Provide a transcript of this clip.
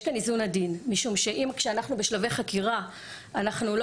משום שכשאנחנו בשלבי חקירה אנחנו לא